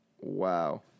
wow